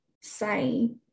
say